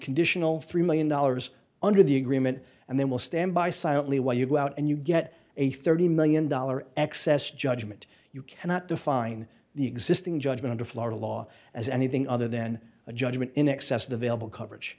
conditional three million dollars under the agreement and then we'll stand by silently while you go out and you get a thirty million dollar excess judgment you cannot define the existing judgment of florida law as anything other then a judgment in excess of the vailable coverage